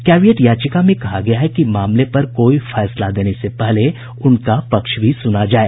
caveat याचिका में कहा गया है कि मामले पर कोई फैसला देने से पहले उनका पक्ष भी सुना जाए